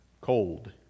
cold